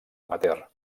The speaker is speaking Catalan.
amateur